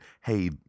hey